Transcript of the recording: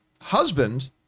husband